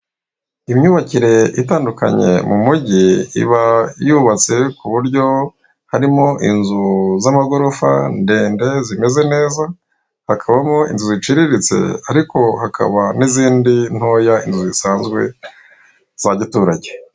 Imyubakire itandukanye mu mujyi iba yubatse kuburyo harimo inzu z'amagorofa ndende zimeze neza hakabamo inzu ziciriritse ariko hakaba n'izindi ntoya inzu zisanzwe za giturage.